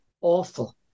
awful